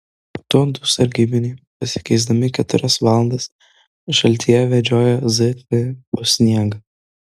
po to du sargybiniai pasikeisdami keturias valandas šaltyje vedžiojo zk po sniegą